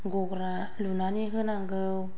गग्रा लुनानै होनांगौ